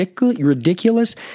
ridiculous